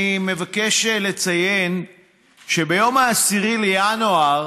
אני מבקש לציין שיום 10 בינואר